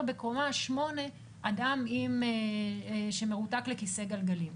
בקומה שמונה אדם שמרותק לכיסא גלגלים.